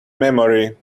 memory